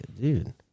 dude